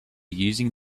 using